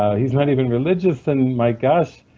he's not even religious and my gosh,